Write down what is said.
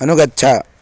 अनुगच्छ